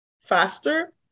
faster